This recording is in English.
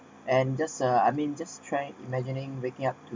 and just uh I mean just trying imagining waking up to